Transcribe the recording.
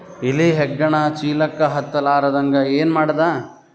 ಇಲಿ ಹೆಗ್ಗಣ ಚೀಲಕ್ಕ ಹತ್ತ ಲಾರದಂಗ ಏನ ಮಾಡದ?